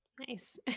Nice